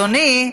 אדוני,